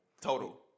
Total